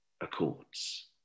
Accords